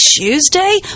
Tuesday